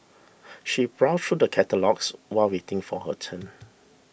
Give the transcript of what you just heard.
she browsed through the catalogues while waiting for her turn